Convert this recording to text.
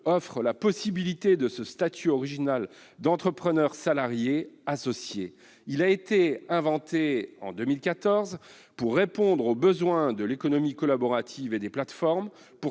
offre la possibilité du statut original d'entrepreneur salarié associé. Celui-ci a été inventé en 2014 pour répondre aux besoins de l'économie collaborative et des plateformes,